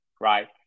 right